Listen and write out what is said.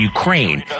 Ukraine